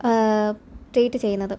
treat ചെയ്യുന്നത്